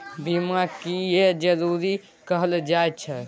बीमा किये जरूरी कहल जाय छै?